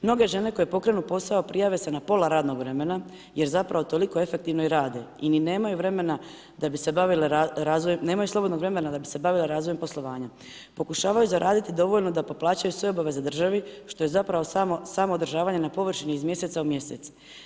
Mnoge žene koje pokrenu posao prijave se na pola radnog vremena, jer zapravo toliko efektivno i rade i ni nemaju vremena da bi se bavile, nemaju slobodnog vremena da bi se bavile razvojem poslovanja, pokušavaju zaraditi dovoljno da poplaćaju sve obaveze državi što je zapravo samo samoodržavanje na površini iz mjeseca u mjesec.